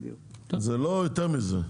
זה לא יותר מזה.